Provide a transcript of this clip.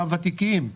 הוותיקים.